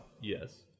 Yes